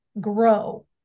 grow